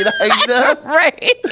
right